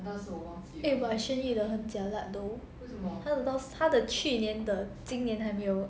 eh but shirley 的很 jialat though 她的去年的今年还没有